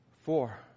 four